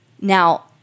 Now